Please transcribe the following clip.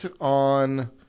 on